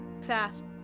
fast